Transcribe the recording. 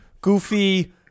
goofy